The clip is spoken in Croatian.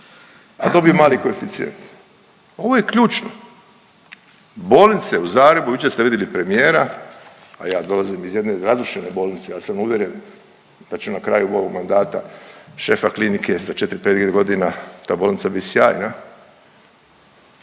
a dobiju mali koeficijent, ovo je ključno. Bolnice u Zagrebu, jučer ste vidjeli premijera, a ja dolazim iz jedne razrušene bolnice, ja sam uvjeren da će na kraju mog mandata šefa klinike, za 4-5.g. ta bolnica bit sjajna,